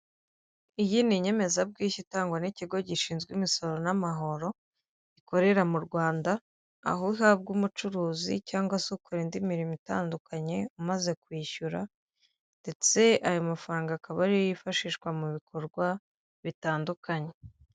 Iyi ni inyemezabwishyu itangwa n'ikigo gishinzwe imisoro n'amahoro ikorera mu rwanda aho uhabwa umucuruzi cyangwa se ukora indi mirimo itandukanye umaze kwishyura ndetse ayo mafaranga akaba ariyo yifashishwa mu bikorwa bitandukanye.